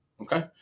Okay